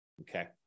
okay